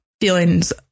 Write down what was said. feelings